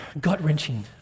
gut-wrenching